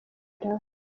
irak